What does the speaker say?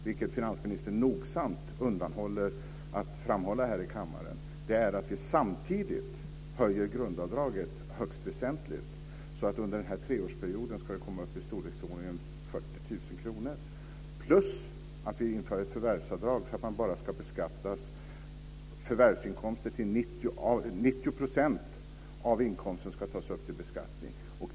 Vad finansministern nogsamt undanhåller att framhålla här i kammaren är att vi samtidigt vill höja grundavdraget högst väsentligt så att det under en treårsperiod ska komma upp i storleksordningen 40 000 kr plus införa ett förvärvsavdrag så att bara 90 % av inkomsten ska tas upp till beskattning.